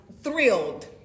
thrilled